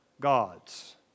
gods